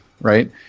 Right